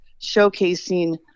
showcasing